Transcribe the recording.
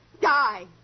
Die